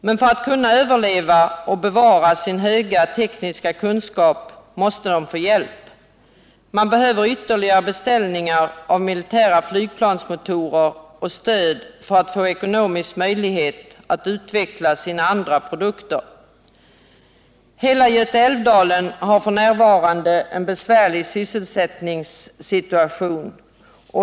Men för att kunna överleva och bevara sitt högt utvecklade tekniska kunnande måste de få hjälp. Man behöver stöd och man behöver ytterligare beställningar av militära flygplansmotorer för att få ekonomisk möjlighet att utveckla andra produkter. Hela Göta älv-dalen har f.n. en besvärlig sysselsättningssituation.